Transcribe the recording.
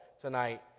tonight